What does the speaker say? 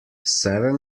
seven